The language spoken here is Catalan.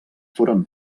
foren